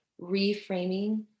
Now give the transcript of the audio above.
reframing